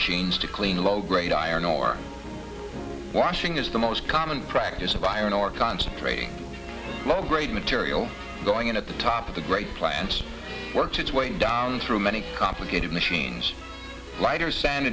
machines to clean low grade iron ore washing is the most common practice of iron ore concentrating low grade material going in at the top of the great plants worked its way down through many complicated machines lighter sand